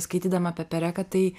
skaitydama apie pereką tai